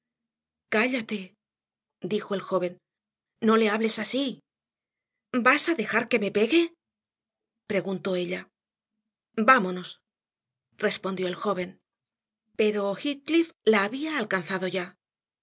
cállate dijo el joven no le hables así vas a dejar que me pegue preguntó ella vámonos respondió el joven pero heathcliff la había alcanzado ya